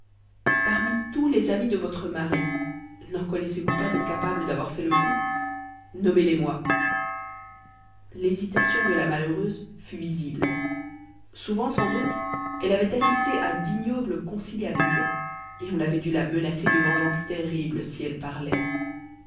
parmi tous les amis de votre mari n'en connaissez-vous pas de capables d'avoir fait le coup nommez les moi l'hésitation de la malheureuse fut visible souvent sans doute elle avait assisté à d'ignobles conciliabules et on avait dû la menacer de vengeances terribles si elle parlait